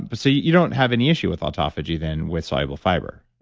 but so, you don't have any issue with autophagy then with soluble fiber,